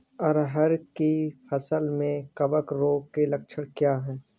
अरहर की फसल में कवक रोग के लक्षण क्या है?